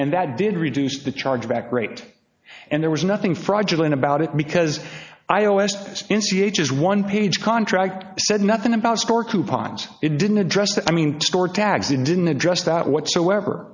and that did reduce the charge back rate and there was nothing fraudulent about it because iowa asked in c h is one page contract said nothing about store coupons it didn't address the i mean store tags and didn't address that whatsoever